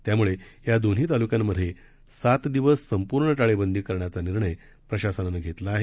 त्याम्ळे या दोन्ही ताल्क्यांमधे सात दिवस संपूर्ण टाळेबंदी करण्याचा निर्णय प्रशासनानं घेतला आहे